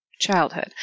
childhood